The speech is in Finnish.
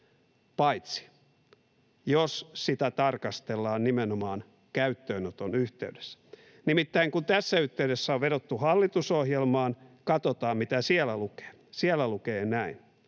Paitsi jos sitä tarkastellaan nimenomaan käyttöönoton yhteydessä. Nimittäin kun tässä yhteydessä on vedottu hallitusohjelmaan, niin katsotaan, mitä siellä lukee. Siellä lukee näin: